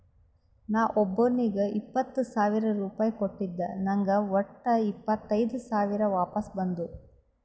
ನಾ ಒಬ್ಬೋನಿಗ್ ಇಪ್ಪತ್ ಸಾವಿರ ರುಪಾಯಿ ಕೊಟ್ಟಿದ ನಂಗ್ ವಟ್ಟ ಇಪ್ಪತೈದ್ ಸಾವಿರ ವಾಪಸ್ ಬಂದು